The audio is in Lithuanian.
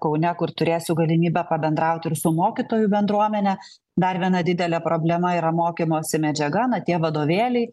kaune kur turėsiu galimybę pabendraut ir su mokytojų bendruomene dar viena didelė problema yra mokymosi medžiaga na tie vadovėliai